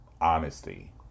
honesty